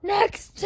Next